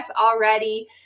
already